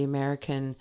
American